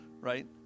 right